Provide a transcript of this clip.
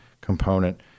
component